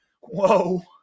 whoa